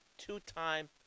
Two-time